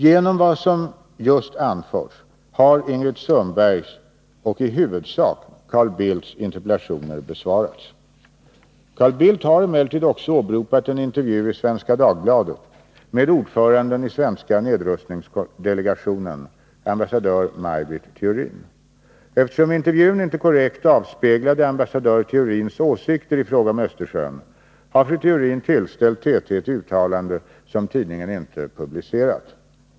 Genom vad som just anförts har Ingrid Sundbergs och i huvudsak Carl Bildts interpellationer besvarats. Carl Bildt har emellertid också åberopat en intervju i Svenska Dagbladet med ordföranden i svenska nedrustningsdelegationen, ambassadör Maj Britt Theorin. Eftersom intervjun inte korrekt avspeglade ambassadör Theorins åsikter i fråga om Östersjön har fru Theorin tillställt TT ett uttalande som tidningen inte publicerat.